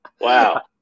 wow